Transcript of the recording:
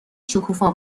شکوفا